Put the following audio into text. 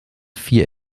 vier